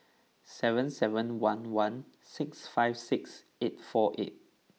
seven seven one one six five six eight four eight